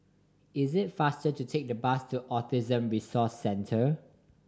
is it faster to take the bus to Autism Resource Centre